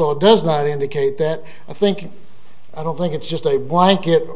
law does not indicate that i think i don't think it's just a blanket